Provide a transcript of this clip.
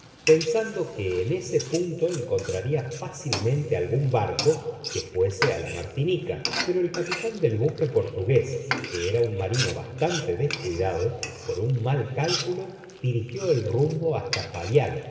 pensando que en este punto encontraría fácilmente algun barco que fuese á la martinica pero el capitan del buque portugués que era un marino bastante descuidado por un mal cálculo dirigió el rumbo basta fayal